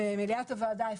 ועדת העבודה והרווחה,